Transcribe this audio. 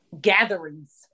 gatherings